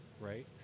right